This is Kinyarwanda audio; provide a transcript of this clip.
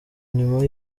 nyuma